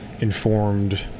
informed